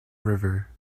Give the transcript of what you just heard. river